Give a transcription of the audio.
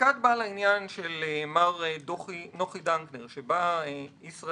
- עסקת בעל העניין של מר נוחי דנקנר שבה ישראייר